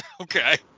okay